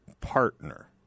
partner